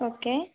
okay